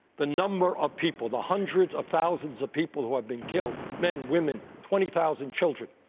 the number of people, the hundreds of thousands of people who have been killed men women, twenty thousand children,